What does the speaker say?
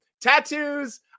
Tattoos